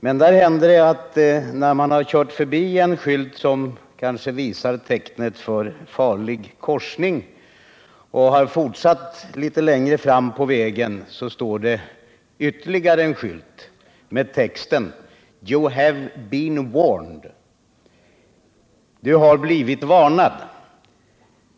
Men där händer det att när man har kört förbi en skylt, som kanske visar tecknet för farlig korsning, och har fortsatt litet längre fram på vägen, står det där ytterligare en skylt med texten ”You have been warned” — du har blivit varnad.